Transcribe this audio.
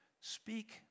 Speak